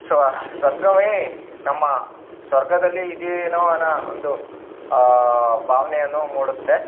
so ಸ್ವರ್ಗವೇ ನಮ್ಮ ಸ್ವರ್ಗದಲ್ಲಿ ಇದ್ದಿವೇನೋ ಅನ ಒಂದು ಭಾವ್ನೆಯನ್ನು ಮೂಡುತ್ತೆ